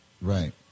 Right